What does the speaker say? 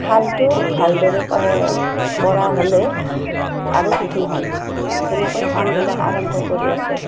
শালটো ভালদৰে পৰা হ'লে আৰু সুখী হ'ম এনেকৈ কামবিলাক আৰম্ভ কৰি আছো